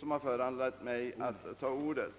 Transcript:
som föranledde mig att begära ordet.